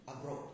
abroad